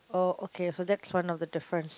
oh okay so that's one of the difference